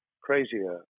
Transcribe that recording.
crazier